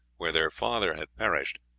where their father had perished,